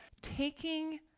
taking